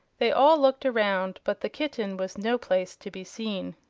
they all looked around, but the kitten was no place to be seen.